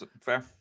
fair